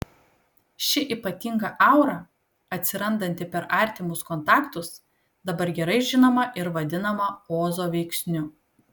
ši ypatinga aura atsirandanti per artimus kontaktus dabar gerai žinoma ir vadinama ozo veiksniu